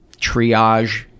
triage